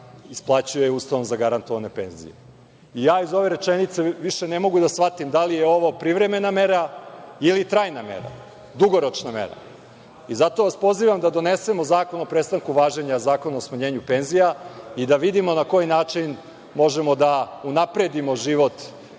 isplaćuje Ustavom zagarantovane penzije. Ja iz ove rečenice više ne mogu da shvatim da li je ovo privremena mera ili trajna mera, dugoročna mera. Zato vas pozivam da donesemo zakon o prestanku važenja Zakona o smanjenju penzija i da vidimo na koji način možemo da unapredimo život